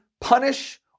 punish